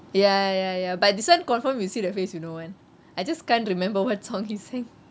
ya ya ya but this one confirm you see the face you know one I just can't remember what song he sang